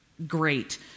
Great